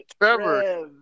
Trevor